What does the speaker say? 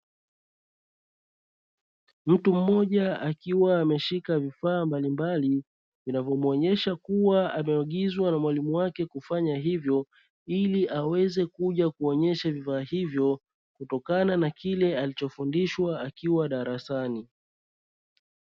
Mtu mmoja akiwa ameshika vifaa mbalimbali, vinavyomuonyesha kuwa ameagizwa na mwalimu wake kufanya hivyo, ili aweze kuja kuonyesha vifaa hivyo kutokana na kile alichofundishwa akiwa darasani.